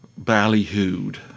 ballyhooed